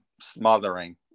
smothering